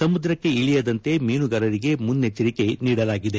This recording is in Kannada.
ಸಮುದ್ರಕ್ಕೆ ಇಳಿಯದಂತೆ ಮೀನುಗಾರರಿಗೆ ಮುನ್ನೆಚ್ಚರಿಕೆ ನೀಡಲಾಗಿದೆ